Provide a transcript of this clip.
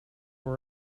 were